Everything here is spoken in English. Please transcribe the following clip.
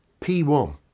P1